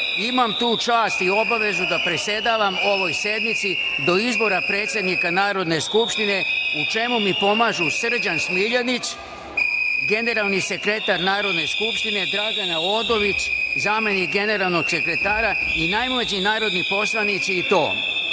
imam tu čast i obavezu da predsedavam ovoj sednici do izbora predsednika Narodne skupštine, u čemu mi pomažu Srđan Smiljanić, generalni sekretar Narodne skupštine, Dragana Odović, zamenik generalnog sekretara, i najmlađi narodni poslanici: